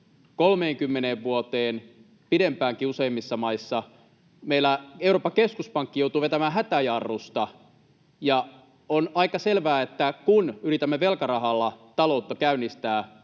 30 vuoteen, pidempäänkin useimmissa maissa. Meillä Euroopan keskuspankki joutuu vetämään hätäjarrusta, ja on aika selvää, että kun yritämme velkarahalla taloutta käynnistää,